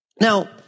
Now